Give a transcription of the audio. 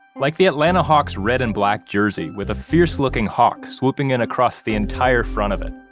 like the atlanta hawks red and black jersey with a fierce-looking hawk swooping in across the entire front of it,